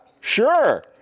sure